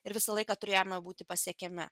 ir visą laiką turėjome būti pasiekiami